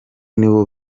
nibo